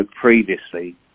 previously